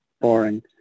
boring